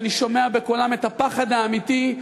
ואני שומע בקולם את הפחד האמיתי,